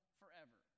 forever